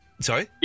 Sorry